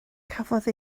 cafodd